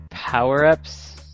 Power-ups